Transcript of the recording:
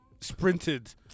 sprinted